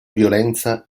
violenza